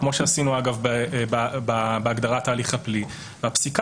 כמו שעשינו בהגדרת ההליך הפלילי והפסיקה